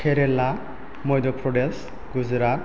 Kerala Madhya Pradesh Gujarat